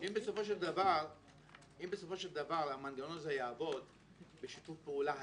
אם בסופו של דבר המנגנון הזה יעבוד בשיתוף פעולה הדוק,